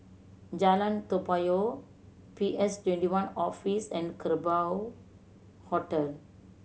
Jalan Toa Payoh P S Twenty one Office and Kerbau Hotel